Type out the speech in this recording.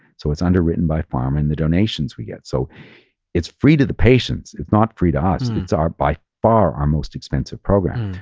so it's underwritten by pharma and the donations we get. so it's free to the patients. it's not free to us. and it's by far, our most expensive program.